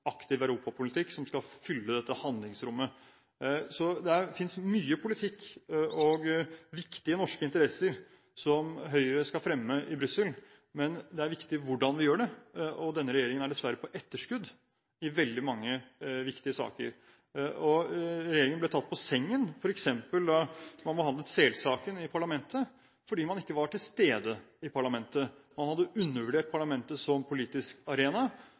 aktiv europapolitikk som skal fylle dette handlingsrommet. Det fins mye politikk og viktige norske interesser som Høyre skal fremme i Brussel, men det er viktig hvordan vi gjør det, og denne regjeringen er dessverre på etterskudd i veldig mange viktige saker. Regjeringen ble tatt på sengen f.eks. da man behandlet selsaken i parlamentet, fordi man ikke var til stede i parlamentet. Man hadde undervurdert parlamentet som politisk arena.